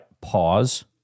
Pause